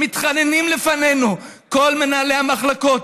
מתחננים לפנינו כל מנהלי המחלקות,